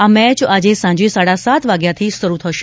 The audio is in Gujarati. આ મેચ આજે સાંજે સાડા સાત વાગ્યાથી શરૂ થશે